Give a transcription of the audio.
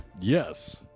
Yes